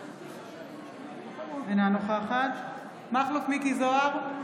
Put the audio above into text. אינה נוכחת מכלוף מיקי זוהר,